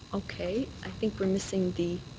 okay. i think we're missing the.